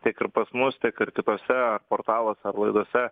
tiek ir pas mus tiek ir kituose portaluose ar laidose